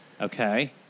Okay